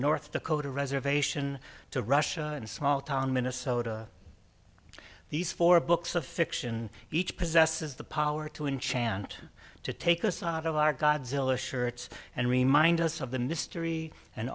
north dakota reservation to russia and small town minnesota these four books of fiction each possesses the power to in chant to take us out of our godzilla shirts and remind us of the mystery and